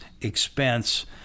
expense